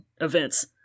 events